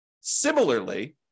Similarly